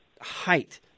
height